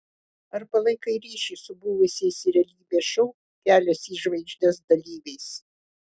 ar palaikai ryšį su buvusiais realybės šou kelias į žvaigždes dalyviais